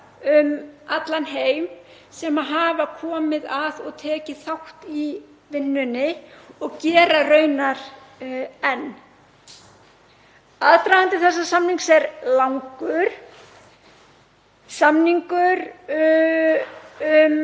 um allan heim sem hafa komið að og tekið þátt í vinnunni og gera raunar enn. Aðdragandi þessa samnings er langur. Samningur um